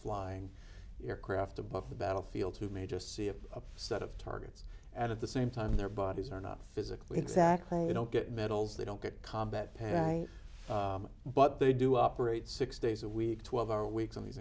flying aircraft above the battlefield who may just see it a set of targets at the same time their bodies are not physically exactly you don't get medals they don't get combat pay i but they do operate six days a week twelve hour weeks on these